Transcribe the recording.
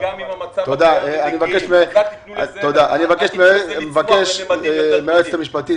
אני מבקש מהיועץ המשפטי,